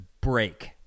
break